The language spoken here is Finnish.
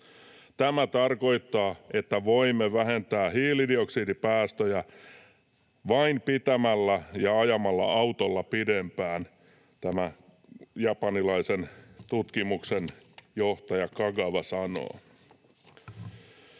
Tämä tarkoittaa, että voimme vähentää hiilidioksidipäästöjä vain pitämällä ja ajamalla autolla pidempään, tämä japanilaisen tutkimuksen johtaja Kagawa sanoo.”